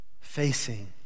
Facing